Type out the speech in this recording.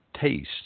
taste